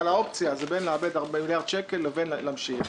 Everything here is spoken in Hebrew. אבל האופציה היא בין איבוד של מיליארד שקל לבין המשך.